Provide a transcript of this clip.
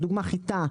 לדוגמא חיטה,